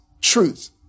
truth